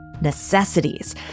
necessities